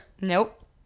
Nope